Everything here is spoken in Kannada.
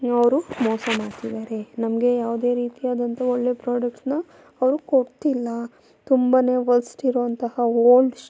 ಅವರು ಮೋಸ ಮಾಡ್ತಿದ್ದಾರೆ ನಮಗೆ ಯಾವುದೇ ರೀತಿಯಾದಂಥ ಒಳ್ಳೆ ಪ್ರಾಡಕ್ಟ್ಸ್ನ ಅವರು ಕೊಡ್ತಿಲ್ಲ ತುಂಬನೇ ವರ್ಸ್ಟ್ ಇರುವಂತಹ ಓಲ್ಡ್